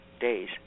days